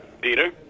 Peter